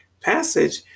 passage